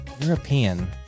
European